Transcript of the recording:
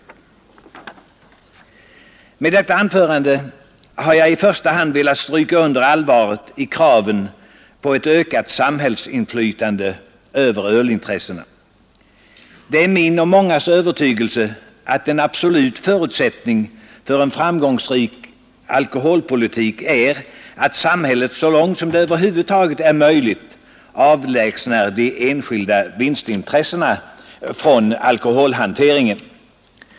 Med detta anförande har jag i första hand velat stryka under allvaret i kraven på ett ökat samhällsinflytande över ölintressena. Det är min och mångas övertygelse att en absolut förutsättning för en framgångsrik alkoholpolitik är att samhället så långt som det över huvud taget är möjligt avlägsnar de enskilda vinstintressena från alkoholhanteringen.